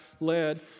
Led